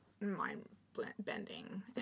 mind-bending